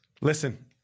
Listen